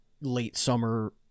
late-summer